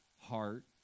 heart